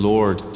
Lord